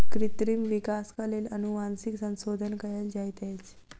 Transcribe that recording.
कृत्रिम विकासक लेल अनुवांशिक संशोधन कयल जाइत अछि